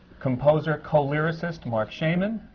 composer co-lyricist marc shaiman,